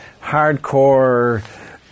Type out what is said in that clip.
hardcore